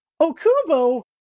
Okubo